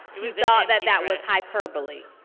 he thought that that was hyperbole.